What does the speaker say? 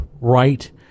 right